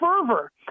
fervor